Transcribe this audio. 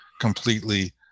completely